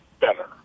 better